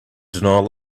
denial